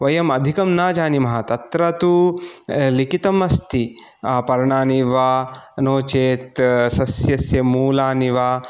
वयं अधिकं न जानीमः तत्र तु लिखितं अस्ति पर्णानि वा नो चेत् सस्यस्यमूलानि वा